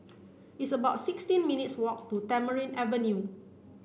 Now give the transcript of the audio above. it's about sixty minutes' walk to Tamarind Avenue